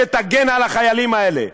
שתגן על החיילים האלה.